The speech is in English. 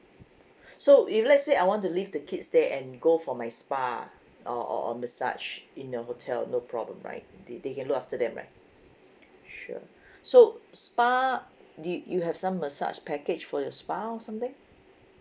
so if let's say I want to leave the kids there and go for my spa or or or massage in the hotel no problem right they they can look after them right sure so spa do you have some massage package for your spa or something